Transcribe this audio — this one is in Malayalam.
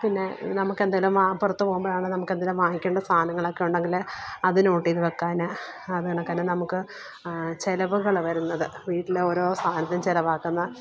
പിന്നെ നമുക്കെന്തേലും പുറത്ത് പോകുമ്പോഴാണേലും നമക്കെന്തേലും വാങ്ങിക്കണ്ട സാധനങ്ങളൊക്കെ ഉണ്ടെങ്കില് അത് നോട്ട് ചെയ്തുവയ്ക്കാന് അത് കണക്കെന്നെ നമുക്ക് ചെലവുകള് വരുന്നത് വീട്ടിലെ ഓരോ സാധനത്തിനും ചെലവാക്കുന്ന